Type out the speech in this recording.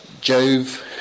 Jove